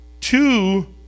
Two